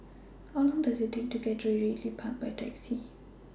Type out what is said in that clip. How Long Does IT Take to get to Ridley Park By Taxi